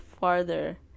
farther